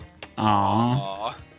Aww